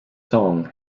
song